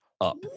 up